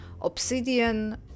obsidian